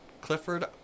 Clifford